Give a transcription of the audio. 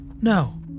No